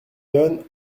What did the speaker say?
donne